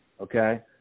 okay